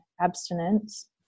abstinence